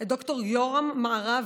את ד"ר יורם מערבי.